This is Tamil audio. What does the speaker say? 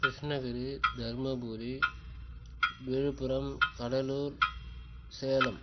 கிருஷ்ணகிரி தருமபுரி விழுப்புரம் கடலூர் சேலம்